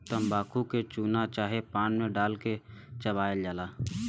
तम्बाकू के चूना चाहे पान मे डाल के चबायल जाला